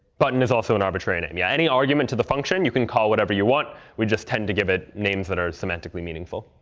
button is also an arbitrary name. yeah, any argument to the function you can call whatever you want. we just tend to give it names that are semantically meaningful.